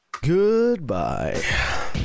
goodbye